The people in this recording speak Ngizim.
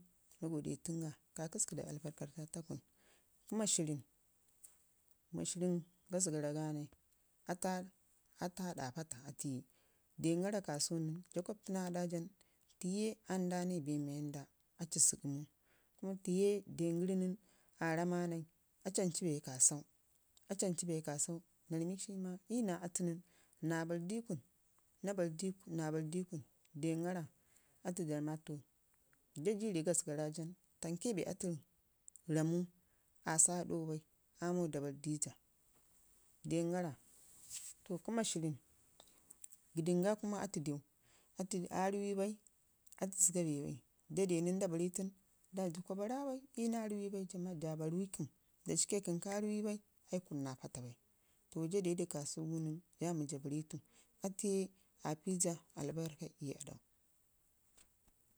naa gode tənga kakasku da albarkata ta ƙan. Kə mashirrən mashirrən gasgara ganai atu ae ɗa paata atuye dengara kasu nən daa kwaptəna ada jan diye anni danai bee mii wanda aci zəgəmu kama kiye den gəri nən aci anau bee kasau, aci anai bee kasau naa samikshik ugu maye iyu nas atu nən naa barr dikun dangara atu da ram, ma to jaa ji rii gasgarajn tamke bee atu ramu, aasa aɗau bai ammau da bandija. Don gara to kə mashirrən gədənga kumə atu dew aa ruwibai atu rəga bee bai nda de nən nda barritu nən atu daji kwa barra bai iyu naa riwi bai jama jaa barritu dashi kəm ka riwi bai ai kun naa paata bai to jaa dedu kasunu nən sai jaa banitu atuye aa pii jaa albarka